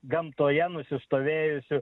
gamtoje nusistovėjusiu